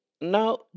Now